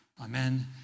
amen